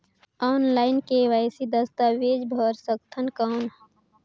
Online KYC दस्तावेज भर सकथन कौन?